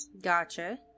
Gotcha